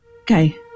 Okay